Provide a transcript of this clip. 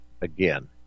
again